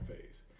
phase